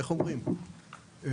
איך אומרים,